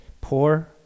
poor